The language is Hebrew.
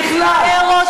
למה את לא יוצאת נגד זה?